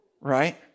Right